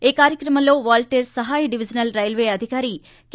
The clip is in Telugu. ఈ కార్యక్రమంలో వాల్తేర్ డివిజన్ సహాయ డివిజినల్ రైల్వే అధికారి కె